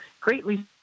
greatly